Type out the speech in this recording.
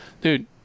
dude